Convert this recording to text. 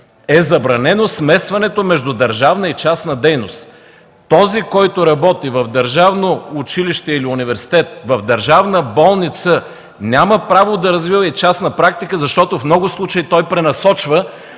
е забранено смесването между държавна и частна дейност! Този, който работи в държавно училище или университет, в държавна болница, няма право да развива и частна практика, защото в много случаи той пренасочва